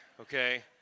Okay